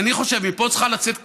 מפה צריכה לצאת קריאה,